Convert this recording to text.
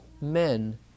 men